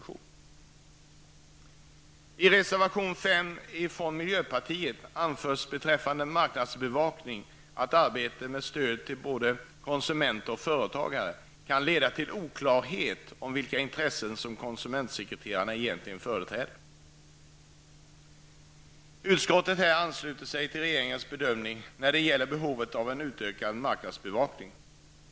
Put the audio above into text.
I reservation 5 från miljöpartiet anförs beträffande marknadsbevakning att arbetet med stöd till både konsumenter och företagare kan leda till oklarhet om vilka intressen som konsumentsekreterare egentligen företräder. Utskottet ansluter sig till regeringens bedömning när det gäller behovet av en ökad marknadsbevakning.